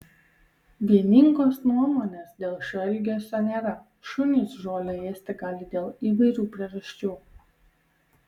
vieningos nuomonės dėl šio elgesio nėra šunys žolę ėsti gali dėl įvairių priežasčių